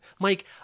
Mike –